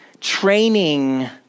Training